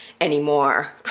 anymore